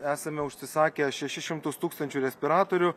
esame užsisakę šešis šimtus tūkstančių respiratorių